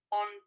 on